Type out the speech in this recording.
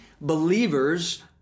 Believers